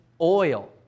oil